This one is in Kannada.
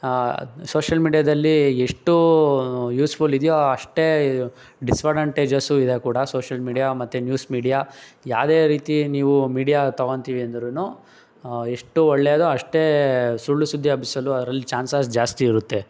ಸೋಶಲ್ ಮೀಡ್ಯಾದಲ್ಲಿ ಎಷ್ಟು ಯೂಸ್ಫುಲ್ ಇದೆಯೋ ಅಷ್ಟೇ ಡಿಸ್ವಡಾಂಟೇಜಸ್ಸೂ ಇದೆ ಕೂಡ ಸೋಶಲ್ ಮೀಡ್ಯಾ ಮತ್ತು ನ್ಯೂಸ್ ಮೀಡ್ಯಾ ಯಾವುದೇ ರೀತಿ ನೀವು ಮೀಡ್ಯಾ ತಗೋತಿವಿ ಅಂದ್ರೂ ಎಷ್ಟು ಒಳ್ಳೆಯದೋ ಅಷ್ಟೇ ಸುಳ್ಳು ಸುದ್ದಿ ಹಬ್ಬಿಸಲು ಅದ್ರಲ್ ಚಾನ್ಸಸ್ ಜಾಸ್ತಿ ಇರುತ್ತೆ